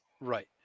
Right